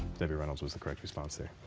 debbie reynolds was the correct response there.